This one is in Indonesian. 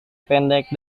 pendek